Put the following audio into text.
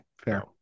fair